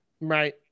right